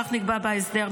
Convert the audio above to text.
כך נקבע בהסדר,